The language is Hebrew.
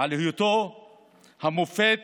על היותו המופת